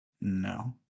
No